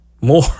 more